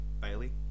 Bailey